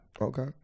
Okay